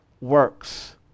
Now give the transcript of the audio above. works